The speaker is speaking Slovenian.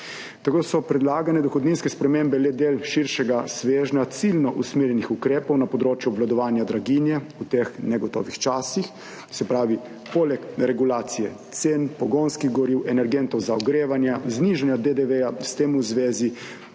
Tako so predlagane dohodninske spremembe le del širšega svežnja ciljno usmerjenih ukrepov na področju obvladovanja draginje v teh negotovih časih, se pravi, poleg regulacije cen **5. TRAK: (VP) 10.20** (nadaljevanje) pogonskih goriv, energentov za ogrevanje, znižanja DDV, s tem v zvezi